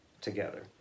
together